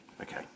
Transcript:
Okay